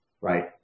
right